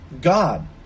God